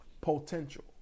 potential